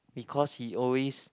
because he always